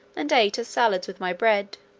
and ate as salads with my bread